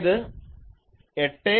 അതായത് 8